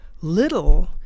little